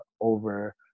over